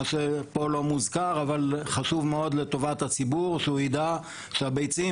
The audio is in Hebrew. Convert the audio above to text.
מה שפה לא מוזכר אבל חשוב מאוד לטובת הציבור שהוא ידע שהביצים